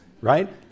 right